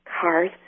cars